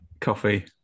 Coffee